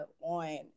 on